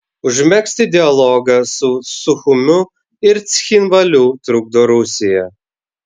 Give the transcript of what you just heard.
užmegzti dialogą su suchumiu ir cchinvaliu trukdo rusija